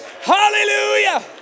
Hallelujah